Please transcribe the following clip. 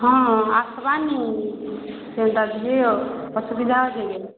ହଁ ଆସ୍ବାନି କେନ୍ତା ଯିବି ଅସୁବିଧା ଅଛି କି